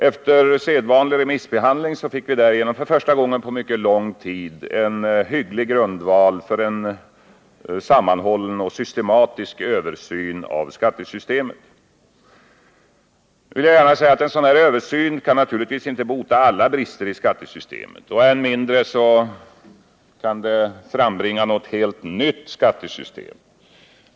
Efter sedvanlig remissbehandling fick vi därigenom för första gången på mycket lång tid en hygglig grundval för en sammanhållen och systematisk översyn av skattesystemet. En sådan översyn kan naturligtvis inte bota alla brister i skattesystemet — än mindre frambringa något helt ”nytt” skattesystem.